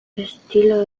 estilo